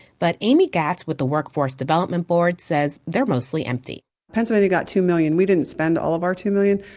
but ami gatts with the workforce development board said they're mostly empty pennsylvania got two million dollars. we didn't spend all of our two million